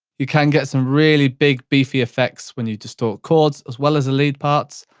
you can get some really big, beefy effects when you distort chords as well as the lead parts.